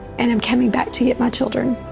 and i'm coming back to get my children.